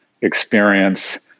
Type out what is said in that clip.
experience